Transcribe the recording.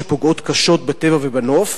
שפוגעות קשות בטבע ובנוף.